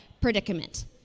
predicament